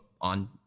on